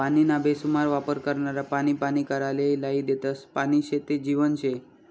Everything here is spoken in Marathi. पानीना बेसुमार वापर करनारा पानी पानी कराले लायी देतस, पानी शे ते जीवन शे